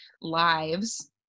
lives